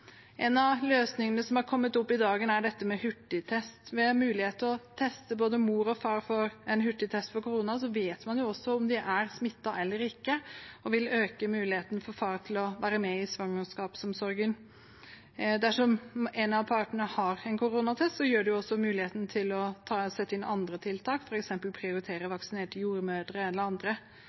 En av løsningene som har kommet opp i dagen, er dette med hurtigtest. Med mulighet til å teste både mor og far med en hurtigtest for korona, vet man også om de er smittet eller ikke, og det vil øke muligheten for far til å få være med i svangerskapsomsorgen. Dersom en av partene har en positiv koronatest, gir det også mulighet til å sette inn andre tiltak, f.eks. prioritere vaksinerte jordmødre eller andre.